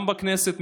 גם בכנסת,